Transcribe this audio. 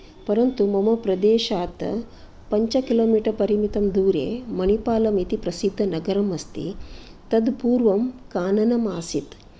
परन्तु मम प्रदेशात् पञ्चकिलोमिटर् परिमितं दूरे मणिपालम् इति प्रसिद्धनगरम् अस्ति तद् पूर्वं काननम् आसीत्